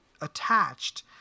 attached